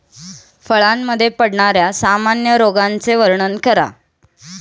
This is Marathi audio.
फळांमध्ये पडणाऱ्या सामान्य रोगांचे वर्णन करा